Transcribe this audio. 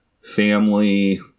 family